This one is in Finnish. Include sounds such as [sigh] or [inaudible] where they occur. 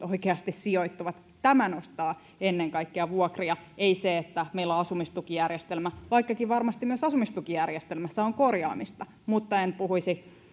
[unintelligible] oikeasti sijoittuvat ennen kaikkea nostaa vuokria ei se että meillä on asumistukijärjestelmä vaikkakin varmasti myös asumistukijärjestelmässä on korjaamista en puhuisi tästä